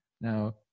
Now